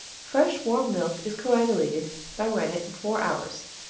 fresh, warm milk is coagulated by rennet in four hours.